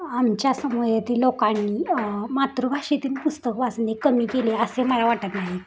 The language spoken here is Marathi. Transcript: आमच्या समुहातील लोकांनी मातृभाषेतील पुस्तक वाचणे कमी केले असे मला वाटत नाही